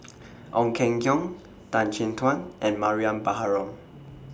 Ong Keng Yong Tan Chin Tuan and Mariam Baharom